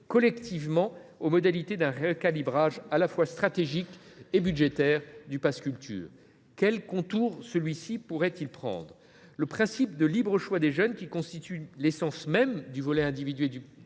collectivement aux modalités d’un recalibrage à la fois stratégique et budgétaire du pass Culture. Quels contours cette réforme pourrait elle prendre ? Le principe de libre choix des jeunes, qui constitue l’essence même du volet individuel du